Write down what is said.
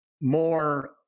more